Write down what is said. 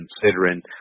considering